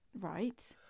Right